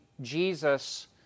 Jesus